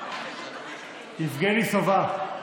יבגני סובה,